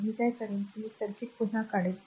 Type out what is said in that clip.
तर मी काय करेन मी सर्किट पुन्हा काढेन